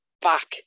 back